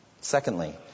Secondly